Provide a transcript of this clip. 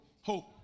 Hope